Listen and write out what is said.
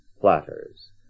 platters